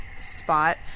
spot